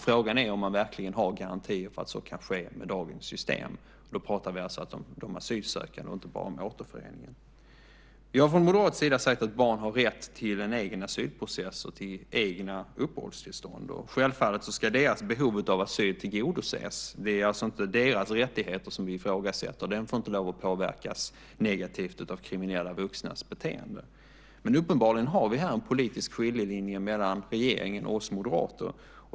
Frågan är om det verkligen finns garantier för att så kan ske med dagens system. Vi pratar om de asylsökande och inte bara om dem som återförenas. Vi har från moderat sida sagt att barn har rätt till en egen asylprocess och till egna uppehållstillstånd. Självfallet ska deras behov av asyl tillgodoses. Det är inte deras rättigheter som vi ifrågasätter. De får inte påverkas negativt av vuxnas kriminella beteende. Men uppenbarligen har vi här en politisk skiljelinje mellan regeringen och oss moderater.